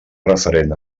referent